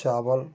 चावल